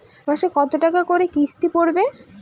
মাসে কত টাকা করে কিস্তি পড়বে?